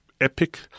epic